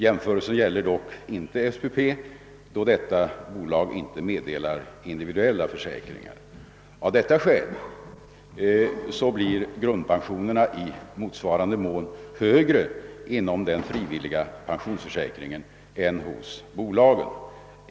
Jämförelsen gäller dock inte SPP, då detta bolag inte meddelar individuella försäkringar. Av detta skäl blir grundpensionerna i motsvarande mån högre inom den frivilliga pensionsförsäkringen än hos bolagen.